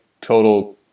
total